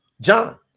John